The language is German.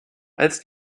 als